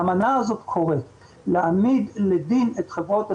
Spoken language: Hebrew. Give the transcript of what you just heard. האמנה הזאת קוראת להעמיד לדין את חברות הסיגריות,